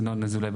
ינון אזולאי,